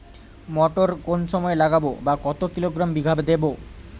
মটর কোন সময় লাগাবো বা কতো কিলোগ্রাম বিঘা দেবো?